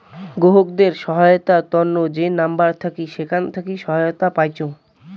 গ্রাহকদের সহায়তার তন্ন যে নাম্বার থাকি সেখান থাকি সহায়তা পাইচুঙ